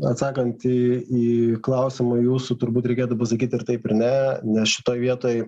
atsakant į į klausimą jūsų turbūt reikėtų pasakyti ir taip ir ne nes šitoj vietoj